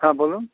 হ্যাঁ বলুন